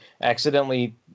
accidentally